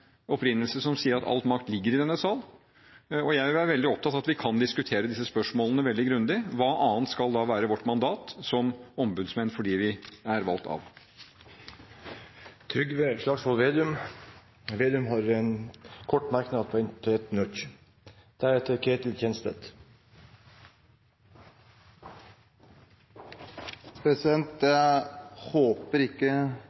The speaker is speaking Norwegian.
makt ligger i denne sal. Jeg vil være veldig opptatt av at vi kan diskutere disse spørsmålene veldig grundig. Hva annet skal være vårt mandat som ombudsmenn for dem vi er valgt av? Representanten Trygve Slagsvold Vedum har hatt ordet to ganger tidligere og får ordet til en kort merknad, begrenset til 1 minutt. Jeg håper nesten ikke